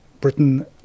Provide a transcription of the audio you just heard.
britain